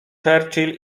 churchill